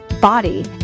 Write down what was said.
body